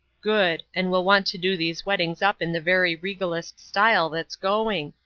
good. and we'll want to do these weddings up in the very regalest style that's going.